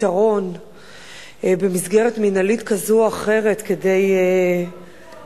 פתרון במסגרת מינהלית כזאת או אחרת כדי לחסוך,